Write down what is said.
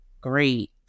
great